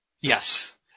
Yes